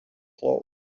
clothes